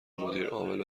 مدیرعامل